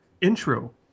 intro